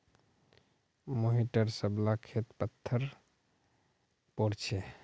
मोहिटर सब ला खेत पत्तर पोर छे